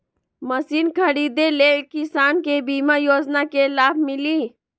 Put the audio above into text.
Machine खरीदे ले किसान के बीमा योजना के लाभ मिली?